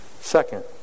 Second